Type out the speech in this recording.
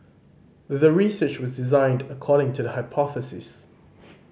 the research was designed according to the hypothesis